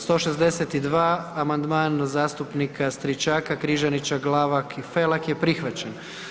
162. amandman zastupnika Stričaka, Križanića, Glavak i Felak je prihvaćen.